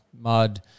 mud